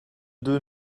deux